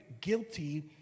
guilty